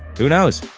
who knows?